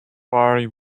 party